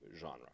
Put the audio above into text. genre